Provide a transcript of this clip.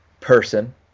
person